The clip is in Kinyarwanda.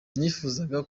nifuzaga